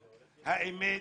האמת,